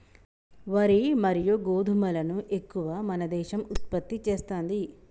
వరి మరియు గోధుమలను ఎక్కువ మన దేశం ఉత్పత్తి చేస్తాంది